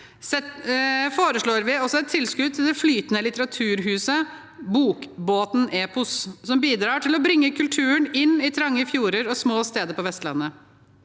foreslår vi et tilskudd til den flytende litteraturbåten Epos, som bidrar til å bringe kulturen inn i trange fjorder og til små steder på Vestlandet.